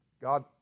God